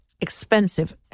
expensive